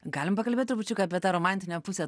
galim pakalbėt trupučiuką apie tą romantinę pusę